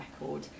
record